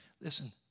listen